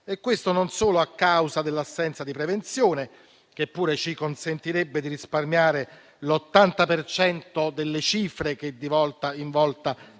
Questo non solo a causa dell'assenza di prevenzione, che pure ci consentirebbe di risparmiare l'80 per cento delle cifre che di volta in volta